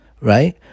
Right